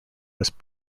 was